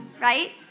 Right